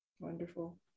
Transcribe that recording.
Wonderful